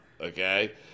okay